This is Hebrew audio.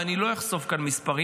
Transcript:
ואני לא אחשוף כאן מספרים,